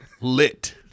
lit